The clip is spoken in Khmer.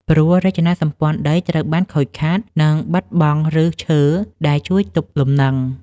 ព្រោះរចនាសម្ព័ន្ធដីត្រូវបានខូចខាត និងបាត់បង់ឫសឈើដែលជួយទប់លំនឹង។